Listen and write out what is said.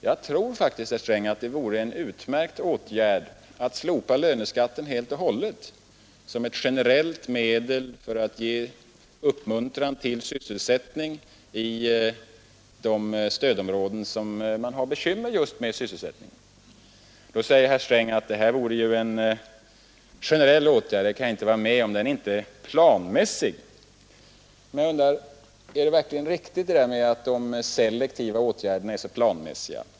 Jag tror faktiskt, herr Sträng, att det vore en utmärkt åtgärd att slopa löneskatten helt och hållet som ett generellt medel för att ge uppmuntran till sysselsättning i de stödområden där man har bekymmer just med sysselsättningen. Då säger herr Sträng: ”Det här vore ju en generell åtgärd. Det kan jag inte vara med om. Den är inte planmässig.” Men är det verkligen riktigt att de selektiva åtgärderna är så planmässiga?